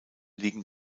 liegen